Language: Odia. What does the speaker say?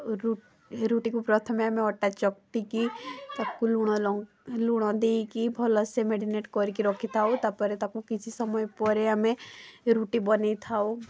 ରୁ ରୁଟିକି ପ୍ରଥମେ ଆମେ ଅଟା ଚକଟିକି ତାକୁ ଲୁଣ ଲ ଲୁଣ ଦେଇକି ଭଲସେ ମେରିନେଟ୍ କରିକି ରଖିଥାଉ ତାପରେ ତାକୁ କିଛି ସମୟ ପରେ ଆମେ ରୁଟି ବନେଇ ଥାଉ